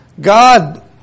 God